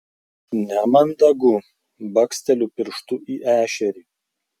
nemandagu baksteliu pirštu į ešerį